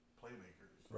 playmakers